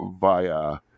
via